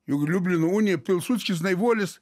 juk liublino unija pilsudskis naivuolis